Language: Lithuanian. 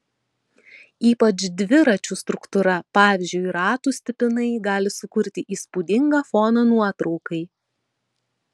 ypač dviračių struktūra pavyzdžiui ratų stipinai gali sukurti įspūdingą foną nuotraukai